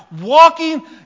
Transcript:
walking